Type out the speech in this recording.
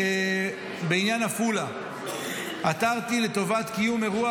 בעניין עפולה אני עתרתי לטובת קיום אירוע